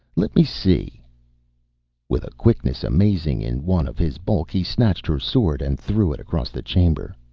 let me see with a quickness amazing in one of his bulk he snatched her sword and threw it across the chamber.